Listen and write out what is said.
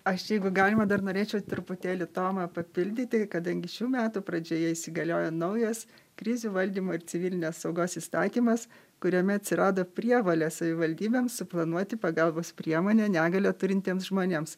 aš jeigu galima dar norėčiau truputėlį tomą papildyti kadangi šių metų pradžioje įsigaliojo naujas krizių valdymo ir civilinės saugos įstatymas kuriame atsirado prievolė savivaldybėms suplanuoti pagalbos priemonę negalią turintiems žmonėms